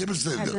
יהיה בסדר.